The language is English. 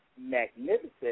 magnificent